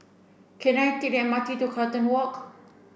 can I take the M R T to Carlton Walk